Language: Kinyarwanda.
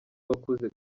abakuze